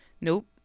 Nope